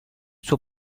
suo